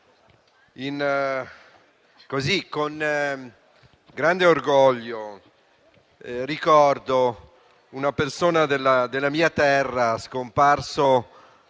Con grande orgoglio ricordo una persona della mia terra scomparsa